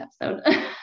episode